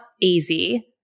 easy